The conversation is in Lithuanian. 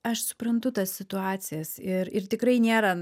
aš suprantu tas situacijas ir ir tikrai nėra